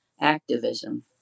activism